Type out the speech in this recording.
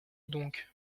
donc